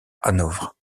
hanovre